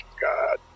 God